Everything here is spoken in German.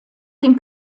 dem